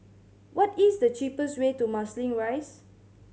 what is the cheapest way to Marsiling Rise